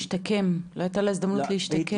לא הייתה לה הזדמנות להשתקם.